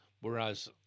Whereas